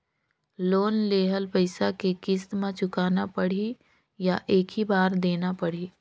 Loan लेहल पइसा के किस्त म चुकाना पढ़ही या एक ही बार देना पढ़ही?